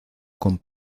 con